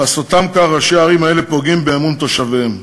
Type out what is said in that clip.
בעשותם כך ראשי ערים אלה פוגעים באמון תושביהם.